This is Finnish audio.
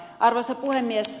arvoisa puhemies